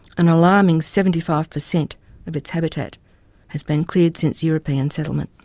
an alarming seventy five percent of its habitat has been cleared since european settlement.